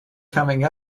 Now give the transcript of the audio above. coming